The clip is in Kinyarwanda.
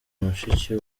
mushiki